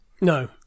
no